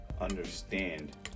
understand